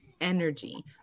energy